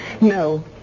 No